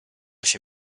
się